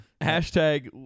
Hashtag